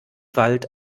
wald